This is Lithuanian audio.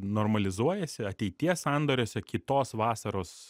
normalizuojasi ateities sandoriuose kitos vasaros